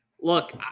look